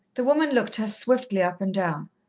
the woman looked her swiftly up and down.